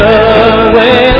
away